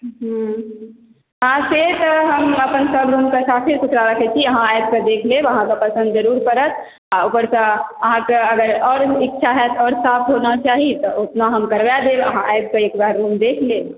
हूंह से तऽ हम अपन सब रूम के साफे सुथरा राखै छी अहाँ आयब तऽ देख लेब अहाँकेॅं पसन्द जरुर पड़त अगर तऽ अहाँकेॅं अगर आओर इच्छा हैत और साफ होना चाही ओतना हम करबाऽ देब अहाँ आबि कऽ एक बार रूम देख लेब